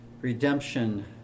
redemption